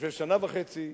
ולפני שנה וחצי,